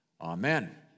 Amen